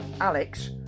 Alex